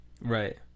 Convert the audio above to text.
Right